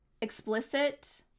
explicit